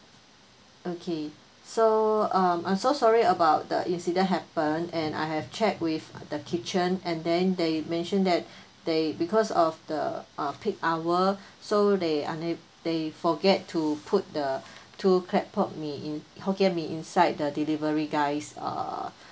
okay so um I'm so sorry about the incident happened and I have checked with the kitchen and then they mentioned that they because of the uh peak hour so they una~ they forget to put the two claypot mee in hokkien mee inside the delivery guys' uh